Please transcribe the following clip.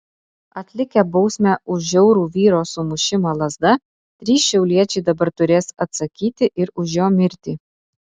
atlikę bausmę už žiaurų vyro sumušimą lazda trys šiauliečiai dabar turės atsakyti ir už jo mirtį